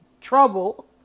trouble